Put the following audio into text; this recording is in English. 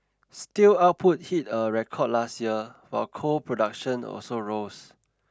steel output hit a record last year while coal production also rose